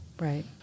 Right